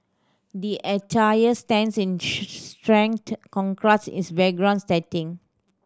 the attire stands in its background setting